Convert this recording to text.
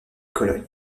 cologne